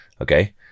Okay